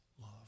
love